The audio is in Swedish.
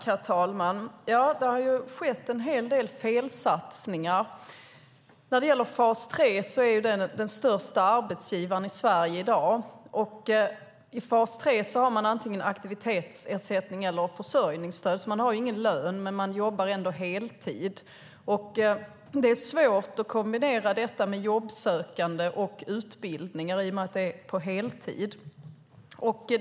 Herr talman! Det har skett en hel del felsatsningar. När det gäller fas 3 är det den största arbetsgivaren i Sverige i dag. I fas 3 har man antingen aktivitetsersättning eller försörjningsstöd. Man har ingen lön, men man jobbar ändå heltid. Det är svårt att kombinera detta med jobbsökande och utbildning i och med att det är på heltid.